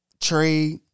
trade